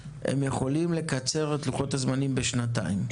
הם יכולים לקצר את לוחות הזמנים בשנתיים.